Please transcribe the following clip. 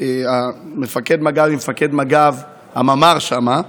מפקד מג"ב, הממ"ר שם,